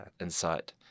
insight